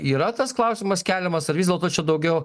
yra tas klausimas keliamas ar vis dėlto čia daugiau